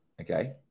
Okay